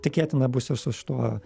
tikėtina bus ir su šituo